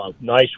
nice